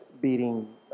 beating